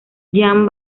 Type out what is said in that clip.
jean